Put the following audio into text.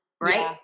right